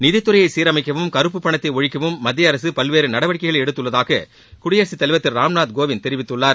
நிதித்துறையை சீரமைக்கவும் கருப்புப் பணத்தை ஒழிக்கவும் மத்திய அரசு பல்வேறு நடவடிக்கைகளை எடுத்துள்ளதாக குடியரசுத்தலைவர் திரு ராம்நாத் கோவிந்த் தெரிவித்துள்ளார்